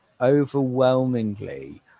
overwhelmingly